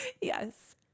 Yes